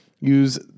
Use